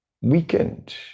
weakened